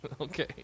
Okay